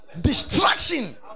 distraction